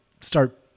start